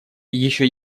еще